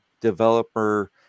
developer